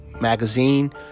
magazine